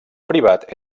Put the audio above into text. privat